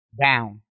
Down